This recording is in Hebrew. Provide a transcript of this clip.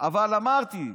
אבל אמרתי,